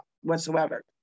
whatsoever